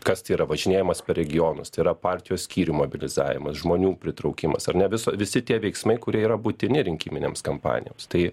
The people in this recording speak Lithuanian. kas tai yra važinėjimas per regionus tai yra partijos skyrių mobilizavimas žmonių pritraukimas ar ne viso visi tie veiksmai kurie yra būtini rinkiminėms kampanijoms tai